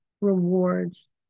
rewards